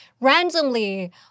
Randomly